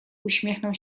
uśmiechnął